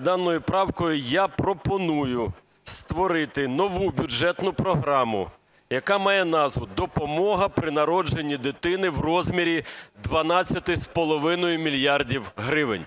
Даною правкою я пропоную створити нову бюджетну програму, яка має назву "Допомога при народженні дитини" в розмірі 12,5 мільярда гривень.